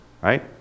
right